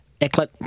Eclat